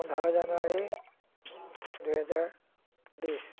পোন্ধৰ জানুৱাৰী দুহেজাৰ বিশ